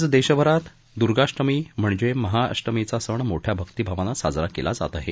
आज देशभरात दुर्गाष्टमी म्हणजे महाष्टमीचा सण मोठ्या भक्तीभावानं साजरा केला जात आहे